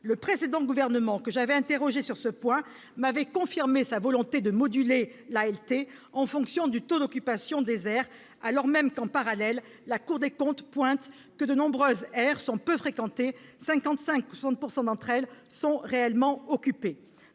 Le précédent gouvernement, que j'avais interrogé sur ce point, m'avait confirmé sa volonté de moduler l'ALT en fonction du taux d'occupation des aires, alors même que, en parallèle, la Cour des comptes pointe le fait que de nombreuses aires sont peu fréquentées : entre 55 % et 60 % sont réellement occupées.